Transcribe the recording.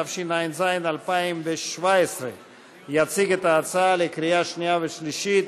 התשע"ז 2017. יציג את ההצעה לקריאה שנייה ושלישית